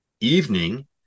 evening